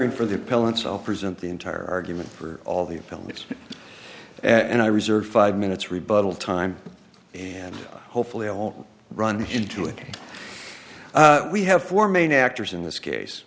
i'll present the entire argument for all the films and i reserve five minutes rebuttal time and hopefully i won't run into it we have four main actors in this case